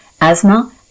asthma